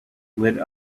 lit